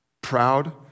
proud